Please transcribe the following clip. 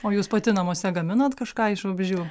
o jūs pati namuose gaminat kažką iš vabzdžių